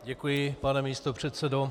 Děkuji, pane místopředsedo.